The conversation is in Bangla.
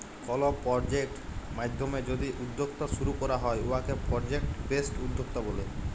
কল পরজেক্ট মাইধ্যমে যদি উদ্যক্তা শুরু ক্যরা হ্যয় উয়াকে পরজেক্ট বেসড উদ্যক্তা ব্যলে